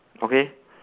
okay